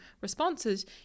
responses